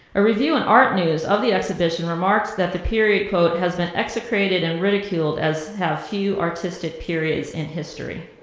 a review in art news of the exhibition remarks that the period quote, has been execrated and ridiculed as have few artistic periods in history.